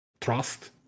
trust